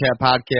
Podcast